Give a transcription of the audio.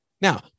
now